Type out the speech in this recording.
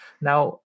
now